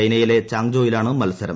ചൈനയിലെ ചാങ്ജോയിലാണ് മത്സരം